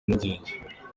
impungenge